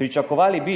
"Pričakovali bi,